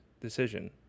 decision